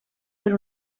per